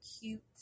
cute